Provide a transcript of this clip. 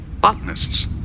Botanists